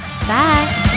Bye